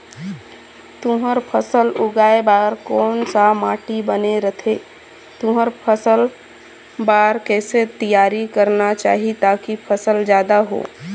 तुंहर फसल उगाए बार कोन सा माटी बने रथे तुंहर फसल बार कैसे तियारी करना चाही ताकि फसल जादा हो?